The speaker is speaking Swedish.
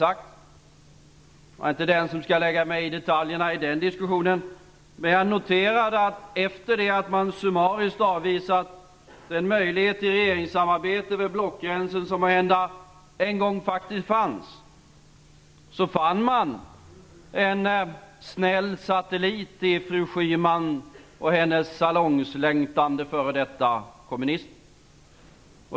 Jag är inte den som skall lägga mig i detaljerna i den diskussionen, men jag noterade att efter det att man summariskt avvisat den möjlighet till regeringssamarbete över blockgränserna som en gång faktiskt fanns, fann man en snäll satellit i fru Schyman och hennes salongslängtande f.d. kommunister.